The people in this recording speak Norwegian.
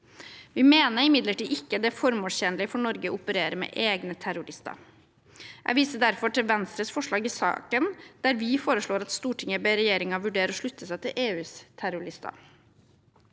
Vi mener imidlertid ikke at det er formålstjenlig for Norge å operere med egne terrorlister. Jeg viser derfor til Venstres forslag i saken, der vi foreslår at Stortinget ber regjeringen vurdere å slutte seg til EUs terrorliste.